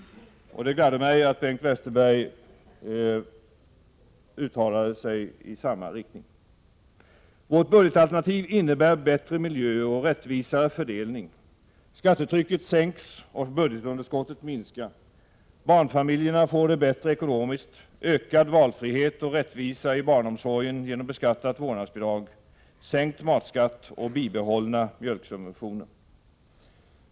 Det gladde mig att Bengt Westerberg uttalade sig i samma riktning. Vårt budgetalternativ innebär bättre miljö och rättvisare fördelning. Skattetrycket sänks och budgetunderskottet minskar. Barnfamiljerna får det bättre ekonomiskt, ökad valfrihet och rättvisa i barnomsorgen genom beskattat vårdnadsbidrag, sänkt matskatt och bibehållna mjölksubventioner.